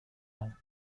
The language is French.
nom